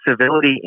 civility